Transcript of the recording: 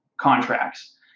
contracts